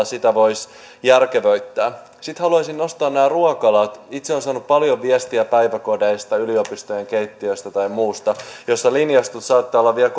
sitä voisi järkevöittää sitten haluaisin nostaa esiin nämä ruokalat itse olen saanut paljon viestejä päiväkodeista yliopistojen keittiöistä ja muista joissa linjastot saattavat olla vielä